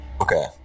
Okay